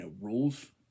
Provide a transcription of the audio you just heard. rules